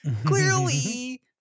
Clearly